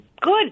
good